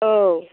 औ